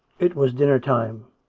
it was dinner-time,